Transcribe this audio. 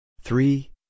three